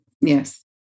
Yes